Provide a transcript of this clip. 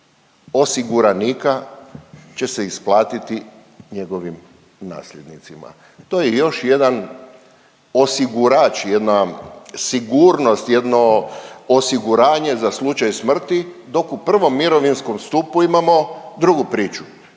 osiguranika će se isplatiti njegovim nasljednicima. To je još jedan osigurač, jedna sigurnost, jedno osiguranje za slučaj smrti, dok u I. mirovinskom stupu imamo drugu priču.